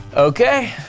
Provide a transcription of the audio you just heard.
Okay